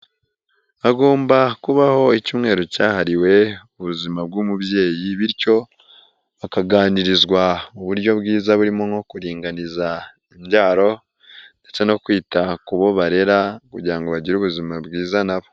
Hagomba kubaho icyumweru cyahariwe ubuzima bw'umubyeyi bityo bakaganirizwa uburyo bwiza burimo nko kuringaniza imbyaro, ndetse no kwita ku bo barera kugira ngo bagire ubuzima bwiza nabo.